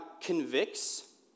convicts